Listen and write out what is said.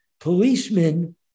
policemen